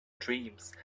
dreams